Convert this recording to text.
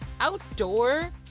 outdoor